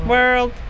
World